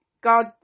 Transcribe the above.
God